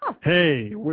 Hey